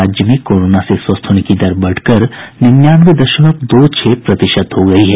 राज्य में कोरोना से स्वस्थ होने की दर बढ़कर निन्यानवे दशमलव दो छह प्रतिशत हो गयी है